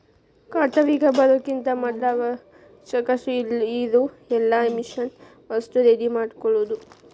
ಕಟಾವಿಗೆ ಬರುಕಿಂತ ಮದ್ಲ ಅವಶ್ಯಕ ಇರು ಎಲ್ಲಾ ಮಿಷನ್ ವಸ್ತು ರೆಡಿ ಮಾಡ್ಕೊಳುದ